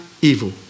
evil